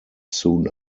soon